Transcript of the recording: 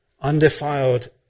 undefiled